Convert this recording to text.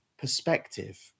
perspective